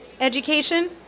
education